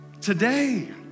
today